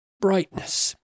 brightness